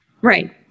Right